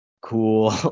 Cool